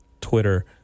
Twitter